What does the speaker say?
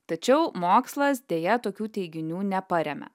tačiau mokslas deja tokių teiginių neparemia